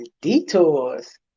detours